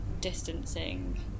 distancing